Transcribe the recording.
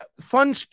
fun